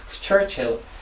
Churchill